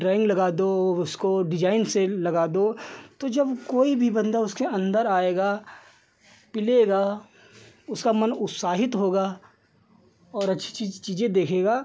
drawing लगा दो उसको डिज़ाइन से लगा दो तो जब कोई भी बन्दा उसके अन्दर आएगा पिलेगा उसका मन उत्साहित होगा और अच्छी चीज़ चीज़ें देखेगा